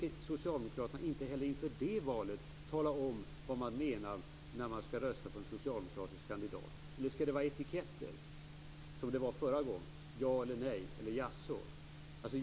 Tänker Socialdemokraterna inte heller inför det valet, som specifikt handlar om EU-frågor - finansministern har själv sagt att EMU är en central EU-fråga - tala om vad som menas med att rösta på en socialdemokratisk kandidat? Eller skall det vara fråga om etiketter, som det var förra gången, med ja, nej eller jaså?